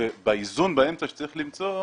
באיזון באמצע, אותו צריך למצוא,